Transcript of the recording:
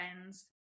friends